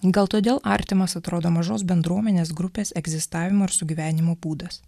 gal todėl artimas atrodo mažos bendruomenės grupės egzistavimo ir sugyvenimo būdas